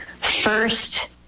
First